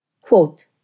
quote